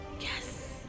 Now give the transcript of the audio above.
Yes